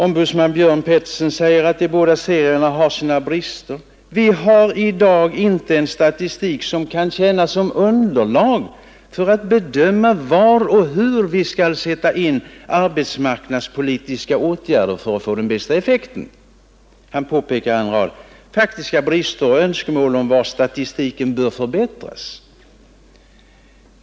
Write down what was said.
Ombudsman Björn Pettersson säger att båda serierna har sina brister. Vi har i dag inte en statistik som kan tjäna som underlag för att bedöma var och hur vi skall sätta in arbetsmarknadspolitiska åtgärder för att få den bästa effekten, säger han och pekar på en rad faktiska brister och önskemål om var statistiken bör förbättras.